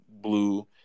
blue